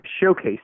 showcase